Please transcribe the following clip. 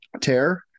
tear